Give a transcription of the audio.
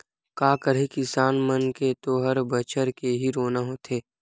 का करही किसान मन के तो हर बछर के इहीं रोना होथे